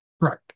Right